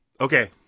Okay